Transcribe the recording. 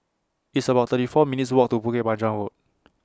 It's about thirty four minutes' Walk to Bukit Panjang Road